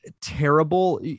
terrible